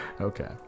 okay